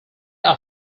are